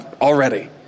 already